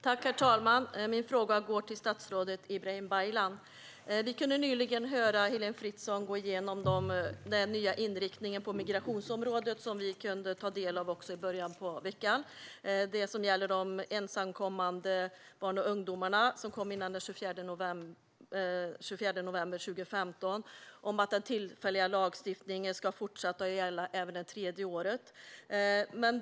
Herr talman! Min fråga går till statsrådet Ibrahim Baylan. Vi kunde nyligen höra Heléne Fritzon gå igenom den nya inriktningen på migrationsområdet som vi kunde ta del av i början av veckan, bland annat det som gäller de ensamkommande barnen och ungdomarna som kom före den 24 november 2015: att den tillfälliga lagstiftningen ska fortsätta gälla även ett tredje år.